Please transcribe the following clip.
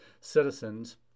citizens